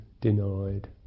denied